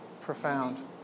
Profound